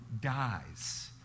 dies